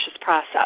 process